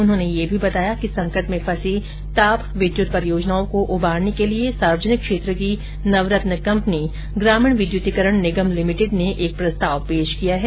उन्होंने यह भी बताया कि संकट में फंसी ताप विद्यत परियोजनाओं को उबारने के लिए सार्वजनिक क्षेत्र की नवरत्न कंपनी ग्रामीण विद्युतीकरण निगम लिमिटेड ने एक प्रस्ताव पेश किया है